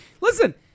listen